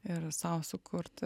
ir sau sukurti